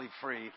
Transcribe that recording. free